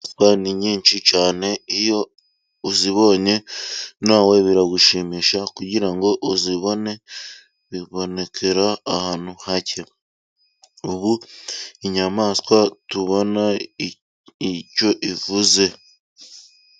Ni nyinshi cyane, iyo uzibonye nawe biragushimisha, kugirango uzibone bibonekera ahantu hake. Ubu, inyamaswa tubona icyo ivuze.